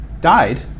died